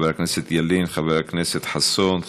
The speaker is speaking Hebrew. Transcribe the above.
חבר הכנסת ילין, חבר הכנסת חסון,